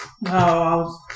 No